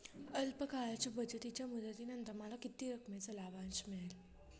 अल्प काळाच्या बचतीच्या मुदतीनंतर मला किती रकमेचा लाभांश मिळेल?